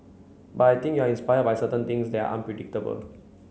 but I think you are inspired by certain things that are unpredictable